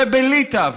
ובליטה,